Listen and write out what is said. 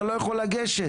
אתה לא יכול לגשת,